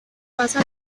pasa